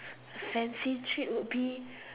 fancy treat would be